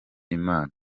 imana